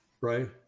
right